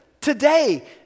Today